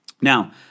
Now